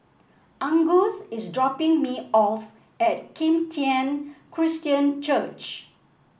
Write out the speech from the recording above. Angus is dropping me off at Kim Tian Christian Church